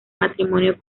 matrimonio